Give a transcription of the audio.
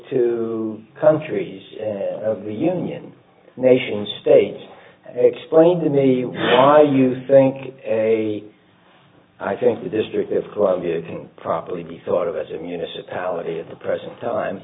to countries of the union nations states explained to me why you think a i think the district of columbia probably be thought of as a municipality at the present time